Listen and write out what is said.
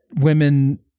women